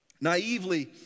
naively